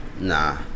Nah